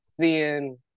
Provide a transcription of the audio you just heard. seeing